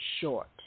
short